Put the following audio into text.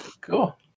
cool